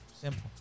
Simple